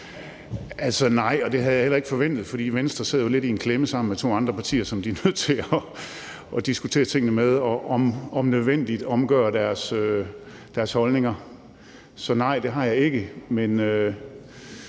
(ALT): Nej, og det havde jeg heller ikke forventet. For Venstre sidder jo lidt i klemme sammen med to andre partier, som de er nødt til at diskutere tingene med, og som om nødvendigt omgør deres holdninger. Så nej, det har jeg ikke,